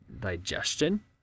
digestion